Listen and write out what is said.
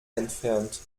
entfernt